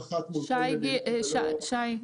שי,